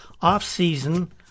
off-season